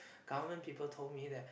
government people told me that